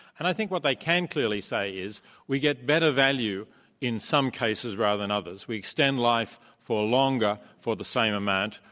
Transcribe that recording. and i think what they can clearly say is we get better value in some cases rather than others. we extend lives for longer for the same amount,